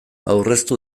aurreztu